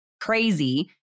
crazy